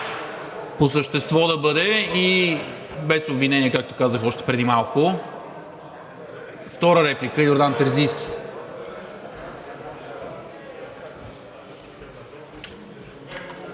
по същество да бъде и без обвинения, както казах още преди малко. Втора реплика – Йордан Терзийски.